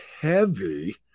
heavy